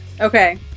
Okay